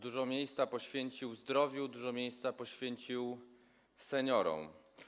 Dużo miejsca poświęcił zdrowiu, dużo miejsca poświęcił seniorom.